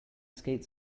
skates